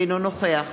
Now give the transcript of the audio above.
אינו נוכח